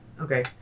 Okay